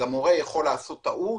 מורה יכול לעשות טעות,